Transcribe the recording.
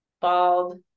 bald